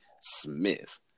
Smith